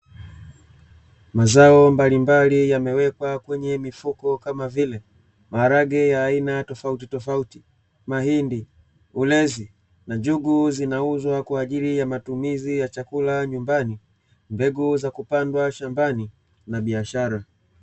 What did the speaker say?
Mazao mbalimbali yamewekwa kwenye mifuko kama vile: maharage ya aina tofauti tofauti, mahindi, ulezi na njugu, zinauzwa kwa ajili ya matumizi ya chakula nyumbani, mbegu za kupandwa shambani na biashara.